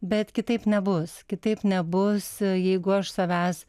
bet kitaip nebus kitaip nebus jeigu aš savęs